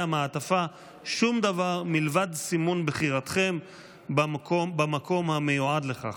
המעטפה שום דבר מלבד סימון בחירתכם במקום המיועד לכך.